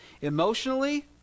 emotionally